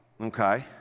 Okay